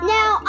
Now